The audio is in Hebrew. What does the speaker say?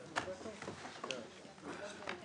הישיבה נעולה.